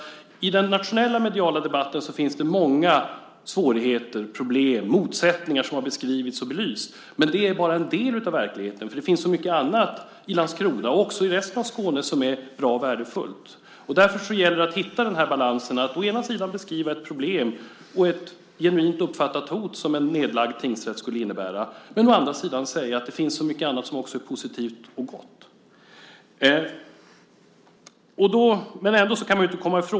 I den nationella mediala debatten finns det många svårigheter, problem och motsättningar som har beskrivits och belysts. Men det är bara en del av verkligheten eftersom det finns så mycket annat i Landskrona och också i resten av Skåne som är bra och värdefullt. Därför gäller det att hitta denna balans att å ena sidan beskriva ett problem och ett genuint uppfattat hot som en nedlagd tingsrätt skulle innebära, men å andra sidan säga att det finns så mycket annat som också är positivt och gott. Herr talman!